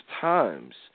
times